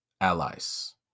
allies